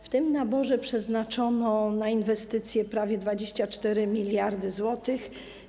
W tym naborze przeznaczono na inwestycje prawie 24 mld zł.